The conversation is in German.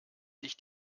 sich